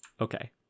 okay